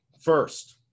first